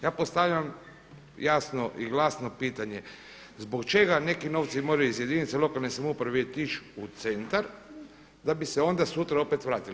Ja postavljam jasno i glasno pitanje zbog čega neki novci moraju iz jedinica lokalne samouprave otići u centar da bi se onda sutra opet vratili?